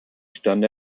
stand